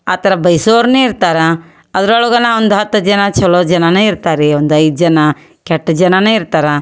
ಆ ಥರ ಬಯ್ಸೋರೇ ಇರ್ತಾರೆ ಅದ್ರೊಳಗು ಒಂದು ಹತ್ತು ಜನ ಚೊಲೋ ಜನವೇ ಇರ್ತಾರೆ ರೀ ಒಂದು ಐದು ಜನ ಕೆಟ್ಟ ಜನವೇ ಇರ್ತಾರೆ